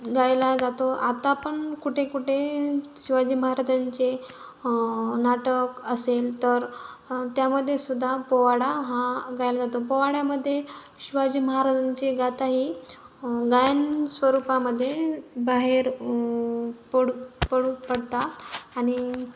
गायला जातो आता पण कुठे कुठे शिवाजी महाराजांचे नाटक असेल तर त्यामध्ये सुुद्धा पोवाडा हा गायला जातो पोवाड्यामध्येे शिवाजी महाराजांची गाथा ही गायन स्वरूपामध्येे बाहेर पड पड पडतात आणि